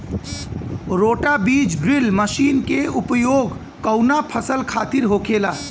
रोटा बिज drill machine के उपयोग कऊना फसल खातिर होखेला?